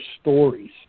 stories